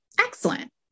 Excellent